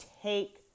take